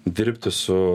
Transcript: dirbti su